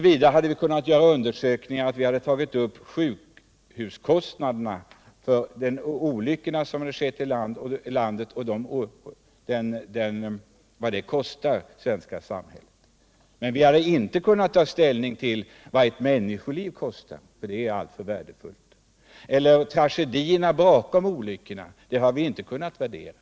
Vi hade gjort undersökningar så till vida att vi tog upp sjukhuskostnaderna för de olyckor som skett i landet, vad de kostar det svenska samhället. Men vi hade inte kunnat ta ställning till vad ett människoliv kostar, det är alltför värdefullt. Tragedierna bakom olyckorna har vi inte heller kunnat värdera.